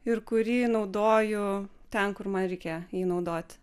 ir kurį naudoju ten kur man reikia jį naudoti